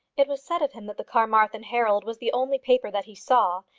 it was said of him that the carmarthen herald was the only paper that he saw,